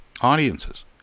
audiences